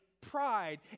pride